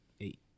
eight